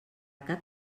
cap